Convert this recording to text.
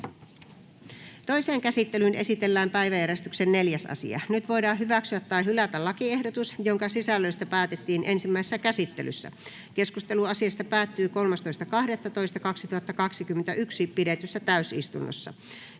Toiseen käsittelyyn esitellään päiväjärjestyksen 4. asia. Nyt voidaan hyväksyä tai hylätä lakiehdotus, jonka sisällöstä päätettiin ensimmäisessä käsittelyssä. Keskustelu asiasta päättyi 13.12.2021 pidetyssä täysistunnossa.